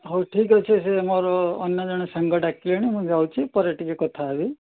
ହଉ ଠିକ୍ ଅଛି ସେ ମୋର ଅନ୍ୟ ଜଣେ ସାଙ୍ଗ ଡାକିଲେଣି ମୁଁ ଯାଉଛି ପରେ ଟିକିଏ କଥା ହେବି